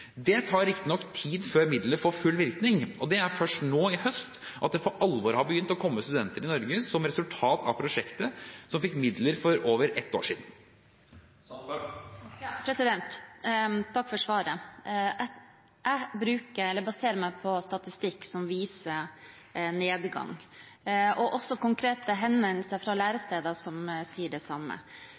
Det tar riktignok tid før midlene får full virkning, og det er først nå i høst at det for alvor har begynt å komme studenter til Norge som resultat av prosjektene som fikk midler for over et år siden. Takk for svaret. Jeg baserer meg på statistikk, som viser nedgang, og også på konkrete henvendelser fra læresteder, som sier det samme.